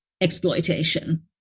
exploitation